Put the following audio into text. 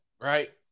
right